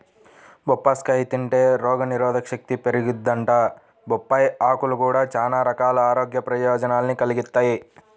బొప్పాస్కాయ తింటే రోగనిరోధకశక్తి పెరిగిద్దంట, బొప్పాయ్ ఆకులు గూడా చానా రకాల ఆరోగ్య ప్రయోజనాల్ని కలిగిత్తయ్